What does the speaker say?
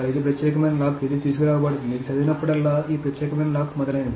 ఇది ప్రత్యేకమైన లాక్ ఇది తీసుకురాబడుతోంది ఇది చదివినప్పుడల్లా ఈ ప్రత్యేకమైన లాక్ మొదలైనవి